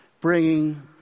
bringing